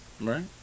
Right